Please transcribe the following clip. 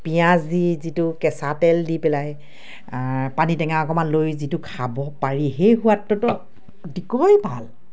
পিঁয়াজ দি যিটো কেঁচা তেল দি পেলাই পানী টেঙা অকমান লৈ যিটো খাব পাৰি সেই সোৱাদটো অতিকৈ ভাল